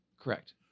Correct